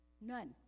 None